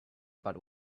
about